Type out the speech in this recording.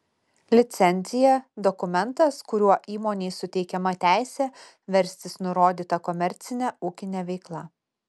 licencija dokumentas kuriuo įmonei suteikiama teisė verstis nurodyta komercine ūkine veikla